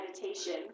meditation